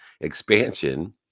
expansion